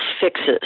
fixes